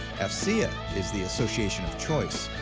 afcea is the association of choice.